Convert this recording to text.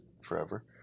forever